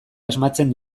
asmatzen